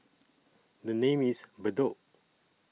The name IS Bedok